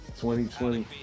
2020